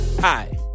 Hi